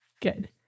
Good